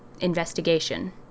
investigation